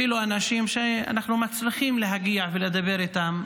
אפילו אנשים שאנחנו מצליחים להגיע ולדבר איתם,